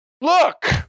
look